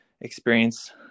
experience